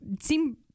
seem